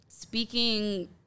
Speaking